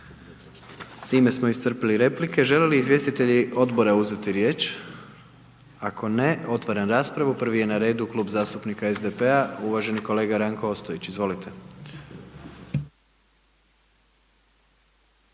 Time smo iscrpili replike. Žele li izvjestitelji odbora uzeti riječ? Ako ne otvaram raspravu, prvi je na redu Klub zastupnika SDP-a uvaženi kolega Ranko Ostojić, izvolite.